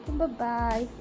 Bye-bye